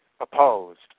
opposed